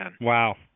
Wow